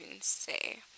say